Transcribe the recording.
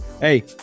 Hey